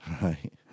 Right